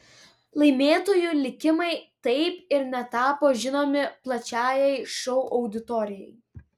laimėtojų likimai taip ir netapo žinomi plačiajai šou auditorijai